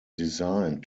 designed